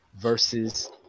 versus